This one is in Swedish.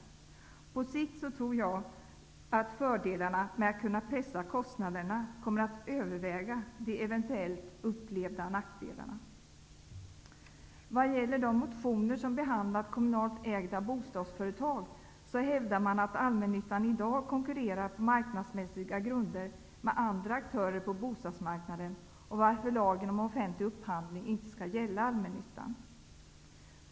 På sikt tror jag att fördelarna med att kunna pressa kostnaderna kommer att överväga över de eventuellt upplevda nackdelarna. När det gäller de motioner som behandlar kommunalt ägda bostadsföretag, hävdar man att allmännyttan i dag konkurrerar på marknadsmässiga grunder med andra aktörer på bostadsmarknaden. Därför skall lagen om offentlig upphandling inte gälla allmännyttan.